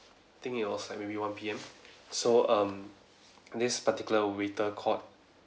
think it was like maybe one P_M so um this particular waiter called